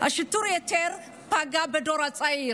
שיטור היתר פגע בדור הצעיר.